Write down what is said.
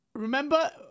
Remember